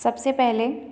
सबसे पहले